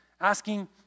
asking